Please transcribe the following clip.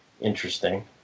Interesting